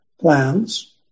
plans